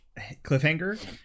cliffhanger